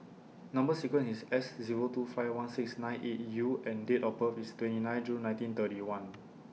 Number sequence IS S Zero two five one six nine eight U and Date of birth IS twenty nine June nineteen thirty one